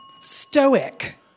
Stoic